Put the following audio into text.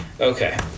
Okay